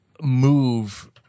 move